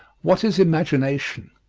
what is imagination?